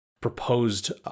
proposed